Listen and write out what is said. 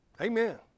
Amen